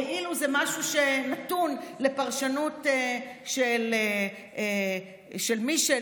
כאילו זה משהו שנתון לפרשנות של מישהו,